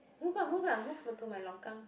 move ah move ah move to to my longkang